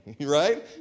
Right